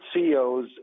CEOs